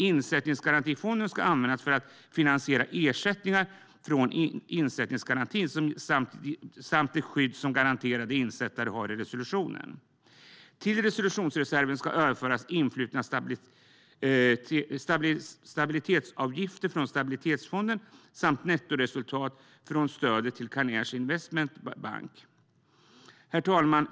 Insättningsgarantifonden ska användas för att finansiera ersättningar från insättningsgarantin och det skydd som garanterade insättare har i resolutionen. Till resolutionsreserven ska överföras influtna stabilitetsavgifter från stabilitetsfonden och nettoresultatet från stödet till Carnegie Investment Bank. Herr talman!